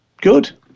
good